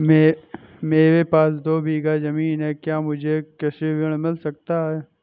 मेरे पास दो बीघा ज़मीन है क्या मुझे कृषि ऋण मिल सकता है?